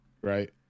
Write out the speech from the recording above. Right